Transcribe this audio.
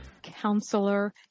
Counselor